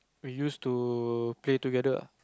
we used to play together